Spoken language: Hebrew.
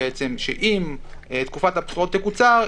שאם תקופת הבחירות תקוצר,